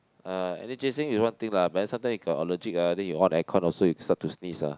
uh energizing is one thing lah but then sometimes you got allergic ah then you on aircon also you start to sneeze ah